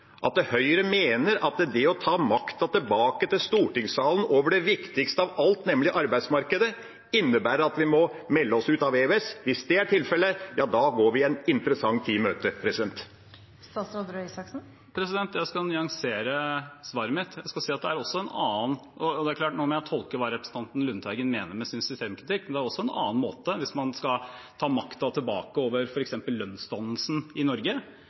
at Høyre mener at det å ta makta tilbake til stortingssalen over det viktigste av alt, nemlig arbeidsmarkedet, innebærer at vi må melde oss ut av EØS? Hvis det er tilfellet, går vi en interessant tid i møte. Jeg skal nyansere svaret mitt – og, det er klart, nå må jeg tolke hva representanten Lundteigen mener med sin systemkritikk: Det er også en annen måte, hvis man skal ta makten tilbake over f.eks. lønnsdannelsen i Norge.